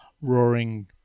roaring